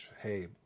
hey